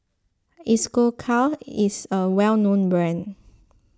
Isocal is a well known brand